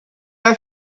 are